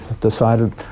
decided